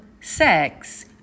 sex